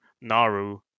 NARU